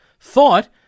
thought